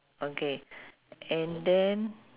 okay and then